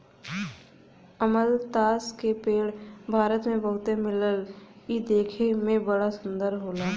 अमलतास के पेड़ भारत में बहुते मिलला इ देखे में बड़ा सुंदर होला